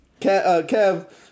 Kev